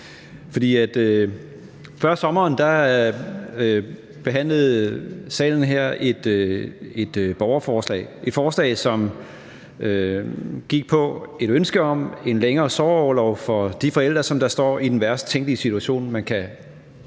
Før sommerferien behandlede vi i salen her er et borgerforslag, som gik på et ønske om en længere sorgorlov for de forældre, som står i den værst tænkelige situation, man kan stå